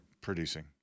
producing